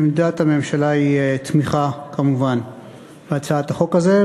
עמדת הממשלה היא תמיכה כמובן בהצעת החוק הזאת,